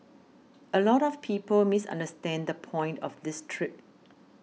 a lot of people misunderstand the point of this trip